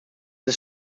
ist